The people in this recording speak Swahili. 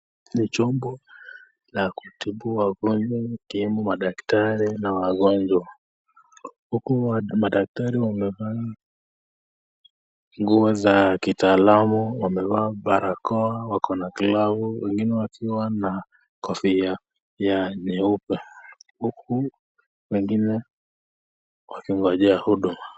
Ni chombo la kutibu wagonjwa. Timu ya madaktari na wagonjwa. Huku madaktari wamevaa nguo za kitaalamu. Wamevaa barakoa, wako na glavu, wengine wakiwa na kofia ya nyeupe huku wengine wakingojea huduma.